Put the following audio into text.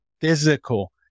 physical